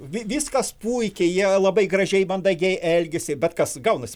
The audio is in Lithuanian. viskas puikiai jie labai gražiai mandagiai elgiasi bet kas gaunasi